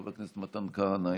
חבר הכנסת מתן כהנא,